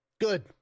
Good